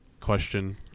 question